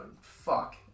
Fuck